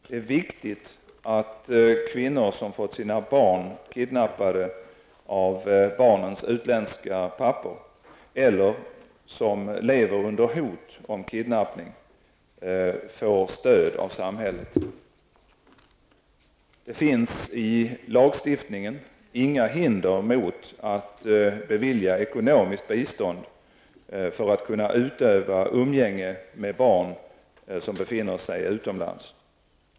Det är viktigt att kvinnor som fått sina barn kidnappade av barnens utländska pappor eller som lever under hot om kidnappning får stöd av samhället. Det finns i lagstiftningen inga hinder mot att bevilja ekonomiskt bistånd för att kunna utöva umgänge med barn som befinner sig utomlands.